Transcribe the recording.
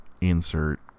insert